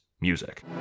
music